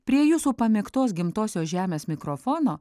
prie jūsų pamėgtos gimtosios žemės mikrofono